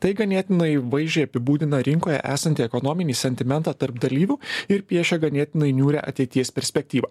tai ganėtinai vaizdžiai apibūdina rinkoje esanti ekonominį sentimentą tarp dalyvių ir piešia ganėtinai niūrią ateities perspektyvą